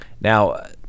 Now